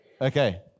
Okay